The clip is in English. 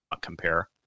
compare